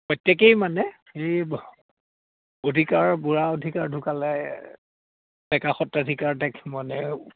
প্ৰত্যেকেই মানে সেই অধিকাৰ বুঢ়া অধিকাৰ ঢুকালে ডেকা